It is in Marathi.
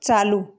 चालू